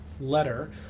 letter